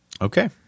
Okay